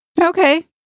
Okay